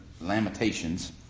Lamentations